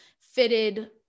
fitted